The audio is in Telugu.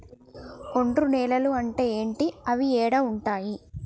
ఒండ్రు నేలలు అంటే ఏంటి? అవి ఏడ ఉంటాయి?